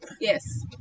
Yes